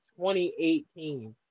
2018